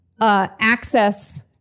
access